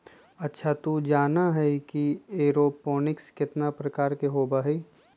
अच्छा तू जाना ही कि एरोपोनिक्स कितना प्रकार के होबा हई?